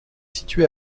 situé